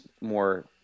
more